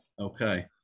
okay